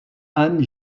anne